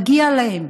מגיע להם.